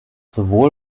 sowohl